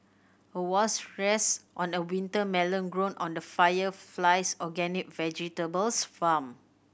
a wasp rests on a winter melon grown on the Fire Flies organic vegetables farm